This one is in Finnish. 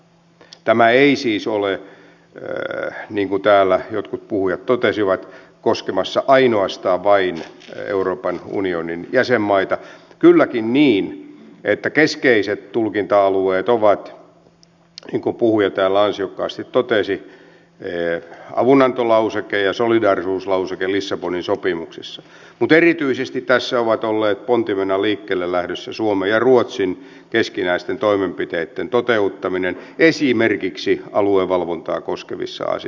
tämä ei siis ole niin kuin täällä jotkut puhujat totesivat koskemassa ainoastaan vain euroopan unionin jäsenmaita kylläkin niin että keskeiset tulkinta alueet ovat niin kuin puhuja täällä ansiokkaasti totesi avunantolauseke ja solidaarisuuslauseke lissabonin sopimuksissa mutta erityisesti tässä ovat olleet pontimena liikkeellelähdössä suomen ja ruotsin keskinäisten toimenpiteitten toteuttaminen esimerkiksi aluevalvontaa koskevissa asioissa